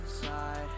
inside